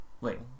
wait